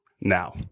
Now